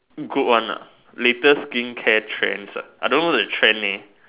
good one nah latest skincare trends ah I don't know the trendy leh